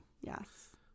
Yes